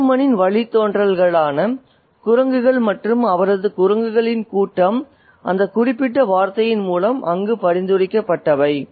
ஹனுமனின் வழித்தோன்றல்களான குரங்குகள் மற்றும் அவரது குரங்குகளின் கூட்டம் அந்த குறிப்பிட்ட வார்த்தையின் மூலம் அங்கு பரிந்துரைக்கப்பட்டவை